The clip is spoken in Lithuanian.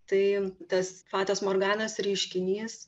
tai tas fatos morganos reiškinys